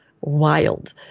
wild